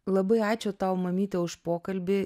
labai ačiū tau mamyte už pokalbį